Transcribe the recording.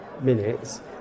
minutes